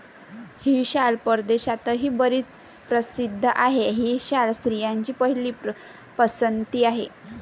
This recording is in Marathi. ही शाल परदेशातही बरीच प्रसिद्ध आहे, ही शाल स्त्रियांची पहिली पसंती आहे